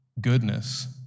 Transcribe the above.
goodness